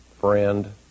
friend